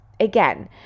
again